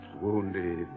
Wounded